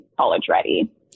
college-ready